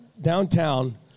downtown